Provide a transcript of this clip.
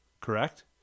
Correct